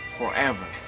forever